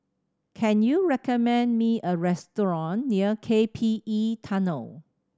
can you recommend me a restaurant near K P E Tunnel